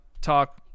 talk